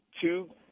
two